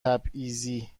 تبعیضی